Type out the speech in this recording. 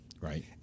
Right